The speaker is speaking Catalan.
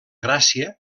gràcia